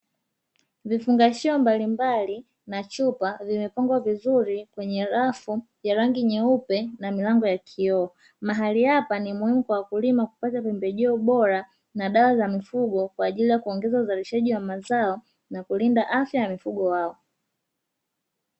Vifungashio mbalimbali na chupa vimepangwa vizuri kwenye rafu ya rangi nyeupe na milango ya kioo. Mahali hapa ni muhimu kwa wakulima kupata pembejeo bora na dawa za mifugo kwa ajili ya kuongeza uzalishaji wa mazao na kulinda afya ya mifugo wao.